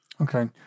Okay